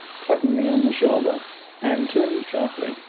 clapping me on the shoulder and, turning sharply,